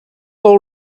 all